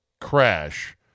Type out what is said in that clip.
crash